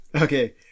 Okay